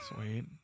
Sweet